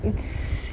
it's